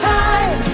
time